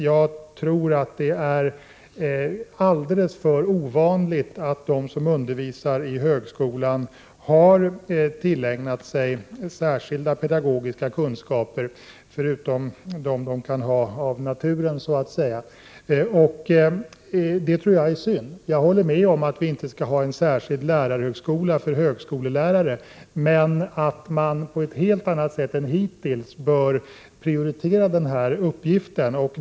Jag Om dep olitiska fly kttror att det är alldeles för ovanligt att de som undervisar i högskolan har ingarna från Chile tillägnat sig särskilda pedagogiska kunskaper förutom dem som de kan ha av naturen så att säga. Det tror jag är synd. Jag håller med om att vi inte skall en särskild lärarhögskola för högskolelärare, men jag anser att man på ett helt annat sätt än hittills bör prioritera den här uppgiften.